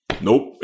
nope